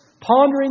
pondering